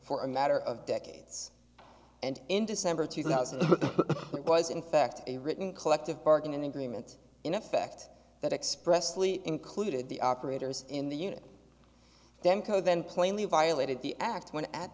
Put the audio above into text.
for a matter of decades and in december two thousand it was in fact a written collective bargaining agreement in effect that expressly included the operators in the unit then code then plainly violated the act when at